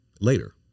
later